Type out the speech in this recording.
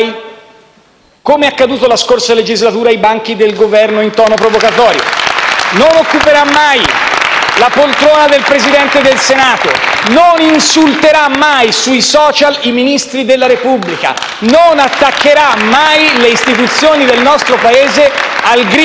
come accaduto nella scorsa legislatura, i banchi del Governo in tono provocatorio; non occuperà mai la poltrona del Presidente del Senato; non insulterà mai sui *social* i Ministri della Repubblica *(Applausi dal Gruppo PD)*; non attaccherà mai le istituzioni del nostro Paese al grido